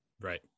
right